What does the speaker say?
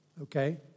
okay